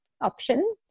option